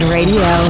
Radio